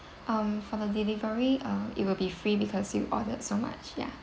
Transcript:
um for the delivery uh it will be free because you ordered so much ya